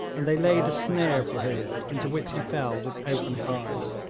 and they laid a snare for him into which he fell with open eyes.